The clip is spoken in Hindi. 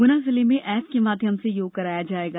गुना जिले में एप के माध्यम से योग कराया जाएगा